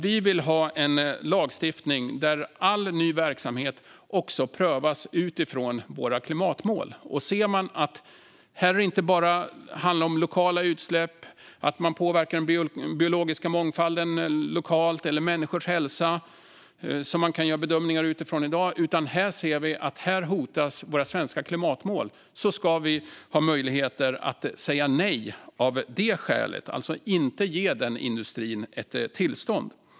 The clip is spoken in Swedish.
Vi vill ha en lagstiftning där all ny verksamhet också prövas utifrån våra klimatmål. Om man ser att det inte bara handlar om lokala utsläpp eller att man påverkar människors hälsa eller den biologiska mångfalden lokalt, något som man kan göra bedömningar utifrån i dag, utan också om att våra svenska klimatmål hotas ska vi ha möjlighet att säga nej av det skälet och alltså inte ge den industrin ett tillstånd.